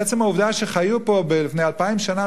עצם העובדה שחיו פה לפני 2,000 שנה,